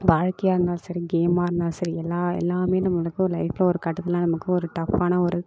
வாழ்க்கையாக இருந்தாலும் சரி கேம்மாக இருந்தாலும் சரி எல்லா எல்லாமே நம்மளுக்கு ஒரு லைஃப்ல ஒரு கட்டத்தில் நமக்கும் ஒரு டஃப்பான ஒரு